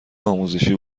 آزمایشی